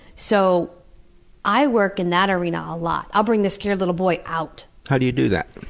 so i work in that arena a lot i bring the scared little boy out. how do you do that?